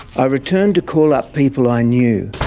i returned to call up people i knew.